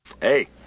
Hey